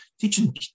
teaching